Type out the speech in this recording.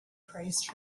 praised